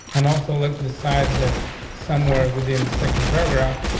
and also let's decide that somewhere within the second paragraph